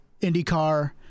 IndyCar